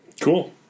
Cool